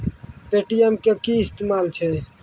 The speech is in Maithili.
पे.टी.एम के कि इस्तेमाल छै?